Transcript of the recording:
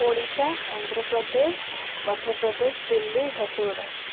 Odisha Andhra Pradesh Madhya Pradesh Delhi Jharsuguda